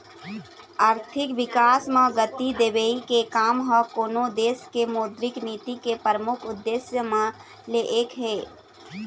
आरथिक बिकास म गति देवई के काम ह कोनो देश के मौद्रिक नीति के परमुख उद्देश्य म ले एक हे